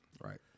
Right